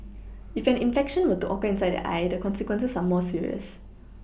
if an infection were to occur inside the eye the consequences are more serious